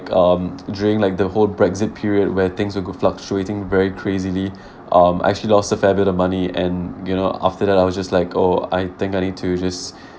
um during like the whole brexit period where things will go fluctuating very crazily um I actually lost a fair bit of money and you know after that I was just like oh I think I need to just